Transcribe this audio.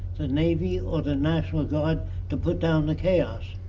the navy or the national guard to put down the chaos.